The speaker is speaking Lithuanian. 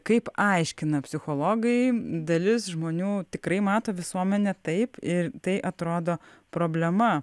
kaip aiškina psichologai dalis žmonių tikrai mato visuomenę taip ir tai atrodo problema